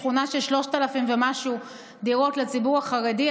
שכונה של 3,000 ומשהו דירות לציבור החרדי,